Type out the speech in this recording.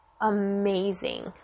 amazing